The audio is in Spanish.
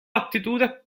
aptitudes